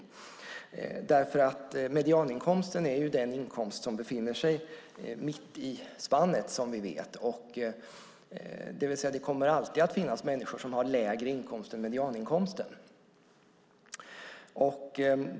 Medianinkomsten är nämligen, som vi vet, den inkomst som befinner sig mitt i spannet. Det kommer alltid att finnas människor som har lägre inkomster än medianinkomsten.